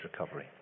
recovery